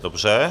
Dobře.